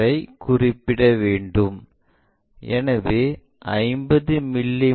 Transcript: ஐ குறிப்பிட வேண்டும் எனவே 50 மி